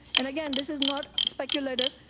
and again, this is not speculative.